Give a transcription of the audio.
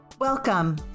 Welcome